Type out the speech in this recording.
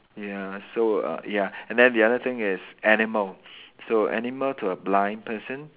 ya so uh ya and then the other thing is animal so animal to a blind person